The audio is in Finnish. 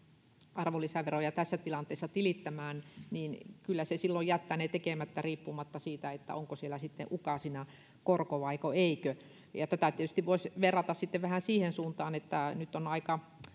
arvonlisäveroja tässä tilanteessa tilittämään niin kyllä se silloin jättää ne tekemättä riippumatta siitä onko siellä sitten ukaasina korko vaiko ei tätä tietysti voisi verrata vähän siihen suuntaan että nyt on aika